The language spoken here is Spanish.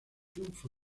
triunfo